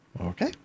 Okay